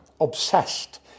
Obsessed